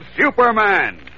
Superman